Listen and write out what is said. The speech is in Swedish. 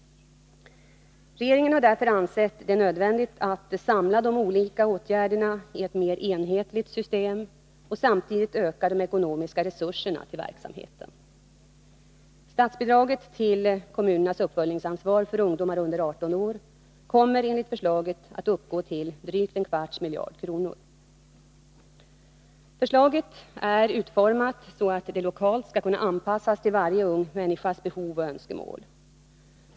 Regeringen har därför ansett det nödvändigt att samla de olika åtgärderna i ett mer enhetligt system och samtidigt öka de ekonomiska resurserna till verksamheten. Statsbidraget till kommunernas uppföljningsansvar för ungdomar under 18 år kommer enligt förslaget att uppgå till drygt en kvarts miljard kronor. Förslaget är utformat så att det lokalt skall kunna anpassas till varje ung människas behov och önskemål.